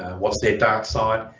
what's their dark side,